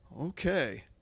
Okay